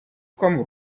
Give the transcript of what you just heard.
comme